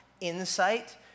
insight